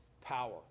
power